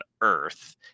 earth